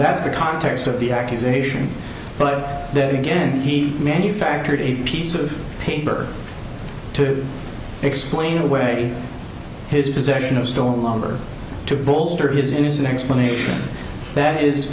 that's the context of the accusation but then again he manufactured a piece of paper to explain away his possession of stone number to bolster his innocent explanation that is